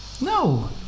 No